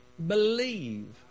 believe